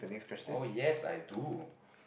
oh yes I do